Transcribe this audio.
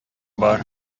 бар